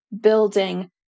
building